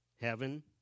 heaven